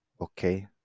okay